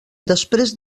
després